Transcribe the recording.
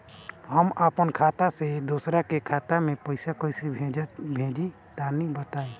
हम आपन खाता से दोसरा के खाता मे पईसा कइसे भेजि तनि बताईं?